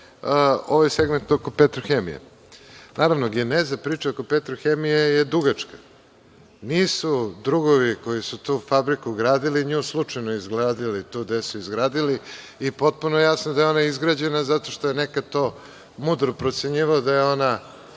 ovaj segment oko „Petrohemije“.Naravno, geneza priče oko „Petrohemije“ je dugačka. Nisu drugovi koji su tu fabriku gradili nju slučajno izgradili tu gde su je izgradili i potpuno je jasno da je ona izgrađena zato što je neko mudro procenjivao da je ona